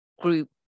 group